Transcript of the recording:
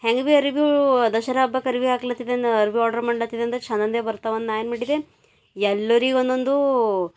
ಹೆಂಗ ಬಿ ಅರಿವಿಗಳ್ ದಸರಾ ಹಬ್ಬಕ್ಕೆ ಅರಿವಿ ಹಾಕ್ಲತ್ತಿದ್ದೆ ನಾ ಅರಿವಿ ಆರ್ಡ್ರ್ ಮಾಡ್ಲತ್ತಿದ್ದೆ ಅಂದ್ರ ಚಂದಂದೆ ಬರ್ತವಂದು ನಾ ಏನು ಮಾಡಿದೆ ಎಲ್ಲರಿಗೆ ಒಂದೊಂದು